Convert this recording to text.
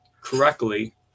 correctly